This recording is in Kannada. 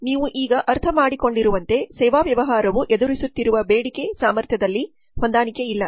ನೀವು ಈಗ ಅರ್ಥಮಾಡಿಕೊಂಡಿರುವಂತೆ ಸೇವಾ ವ್ಯವಹಾರವು ಎದುರಿಸುತ್ತಿರುವ ಬೇಡಿಕೆ ಸಾಮರ್ಥ್ಯದಲ್ಲಿ ಹೊಂದಾಣಿಕೆಯಿಲ್ಲ